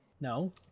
No